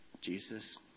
Jesus